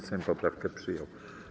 Sejm poprawkę przyjął.